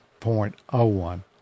0.01